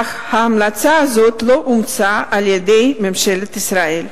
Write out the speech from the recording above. אך המלצה זו לא אומצה על-ידי ממשלת ישראל.